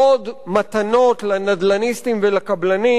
עוד מתנות לנדל"ניסטים ולקבלנים,